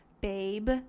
babe